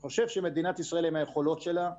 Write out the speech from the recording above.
אני חושב שמדינת ישראל עם היכולות שלה,